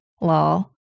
lol